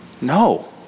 No